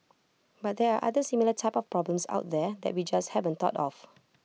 but there are other similar type of problems out there that we just haven't thought of